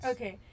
Okay